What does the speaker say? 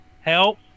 help